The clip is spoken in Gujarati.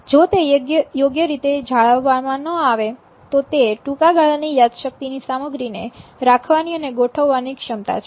જો તે યોગ્ય રીતે જાળવવામાં ન આવે તો તે ટૂંકાગાળાની યાદશક્તિ ની સામગ્રીને રાખવાની અને ગોઠવવાની ક્ષમતા છે